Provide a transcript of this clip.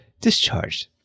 discharged